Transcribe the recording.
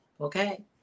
okay